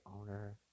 owner